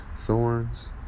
thorns